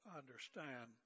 understand